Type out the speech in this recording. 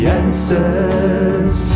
answers